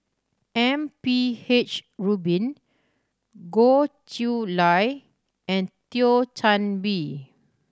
M P H Rubin Goh Chiew Lye and Thio Chan Bee